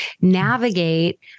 navigate